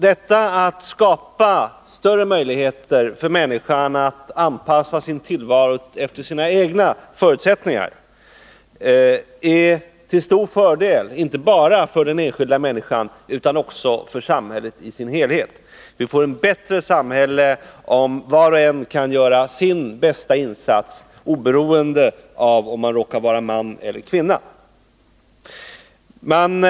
Detta att skapa större möjligheter för människan att anpassa sin tillvaro efter sina egna förutsättningar är till stor fördel inte bara för den enskilda människan utan också för samhället i dess helhet. Vi får ett bättre samhälle, om var och en kan göra sin bästa insats oberoende av om vederbörande råkar vara man eller kvinna.